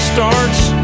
starts